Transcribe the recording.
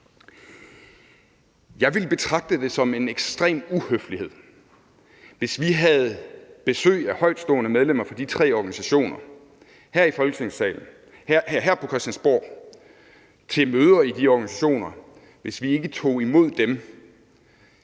Jeg ville betragte det som en ekstrem uhøflighed, hvis vi havde besøg af højtstående medlemmer fra de tre organisationer her på Christiansborg til møder i de organisationer og vi ikke tog imod dem